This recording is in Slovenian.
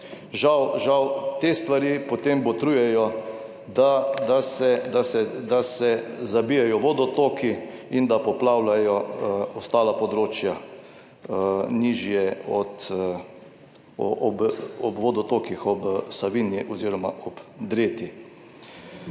žal te stvari potem botrujejo, da se zabijejo vodotoki, in da poplavljajo ostala področja nižje ob vodotokih, ob Savinji oziroma ob Dreti.